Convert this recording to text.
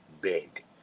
big